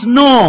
no